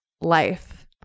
life